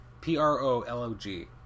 p-r-o-l-o-g